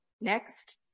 Next